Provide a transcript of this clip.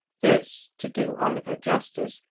this, to do oliver justice,